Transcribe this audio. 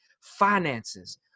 Finances